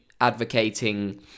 advocating